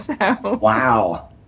Wow